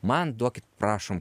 man duokit prašom